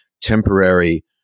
temporary